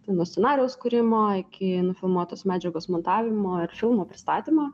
tai nuo scenarijaus kūrimo iki nufilmuotos medžiagos montavimo ir filmo pristatymo